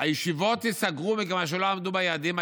הישיבות ייסגרו מכיוון שלא עמדו ביעדים.